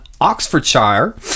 oxfordshire